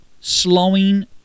slowing